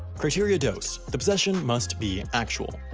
criteria dos, the possession must be actual.